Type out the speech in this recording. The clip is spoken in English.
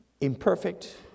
imperfect